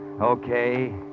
Okay